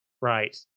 Right